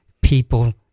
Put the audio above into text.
people-